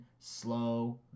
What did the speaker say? slow